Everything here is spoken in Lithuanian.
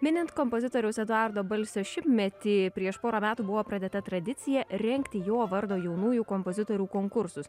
minint kompozitoriaus eduardo balsio šimtmetį prieš porą metų buvo pradėta tradicija rengti jo vardo jaunųjų kompozitorių konkursus